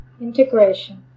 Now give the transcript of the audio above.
integration